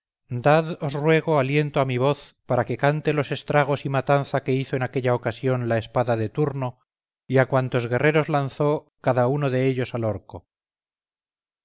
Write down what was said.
ruego aliento a mi voz para que cante los estragos y matanza que hizo en aquella ocasión la espada de turno y a cuantos guerreros lanzó cada uno de ellos al orco